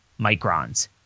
microns